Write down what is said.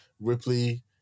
Ripley